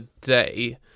day